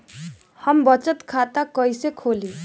हम बचत खाता कईसे खोली?